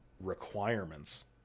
requirements